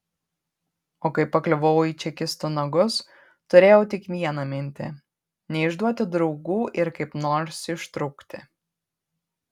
o kai pakliuvau į čekistų nagus turėjau tik vieną mintį neišduoti draugų ir kaip nors ištrūkti